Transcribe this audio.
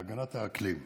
והגנת האקלים.